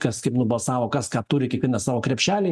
kas kaip nubalsavo kas ką turi kiekvienas savo krepšelį